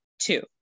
Two